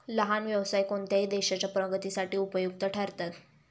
लहान व्यवसाय कोणत्याही देशाच्या प्रगतीसाठी उपयुक्त ठरतात